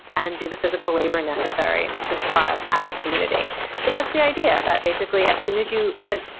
and do the physical labor necessary to survive as a community so that's the idea, that basically, as soon as you, it's like,